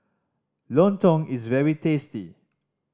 lontong is very tasty